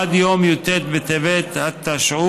עד יום י"ט בטבת התשע"ו,